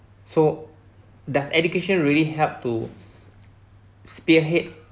so does education really help to spearhead